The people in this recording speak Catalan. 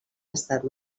estat